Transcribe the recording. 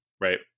right